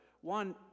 One